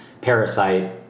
Parasite